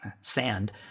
sand